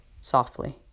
softly